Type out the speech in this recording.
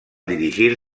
dirigir